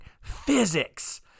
physics